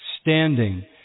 standing